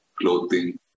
clothing